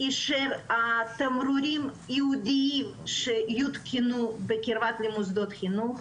אישר תמרורים ייעודיים שיותקנו בקרבת מוסדות חינוך,